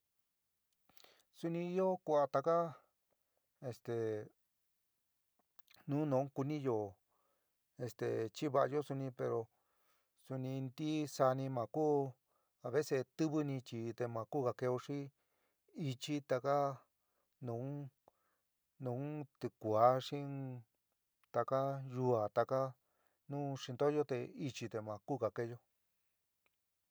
Suni ió kuaa taká este nu nu kuniyó este chiva'ayo suni pero suni ntisaáni ma ku a vece tiwi ni chií te ma kuúga keo xi ichí taka nun nun ticuá xi taka yua taka nuu xintoyo te ichi te ma kuga keéyo.